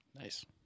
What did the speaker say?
Nice